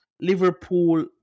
Liverpool